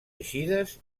eixides